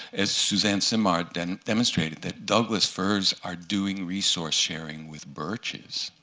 as suzanne simard then demonstrated, that douglas firs are doing resource sharing with birches.